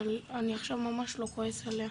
אבל אני עכשיו ממש לא כועס עליה,